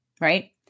right